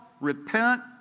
repent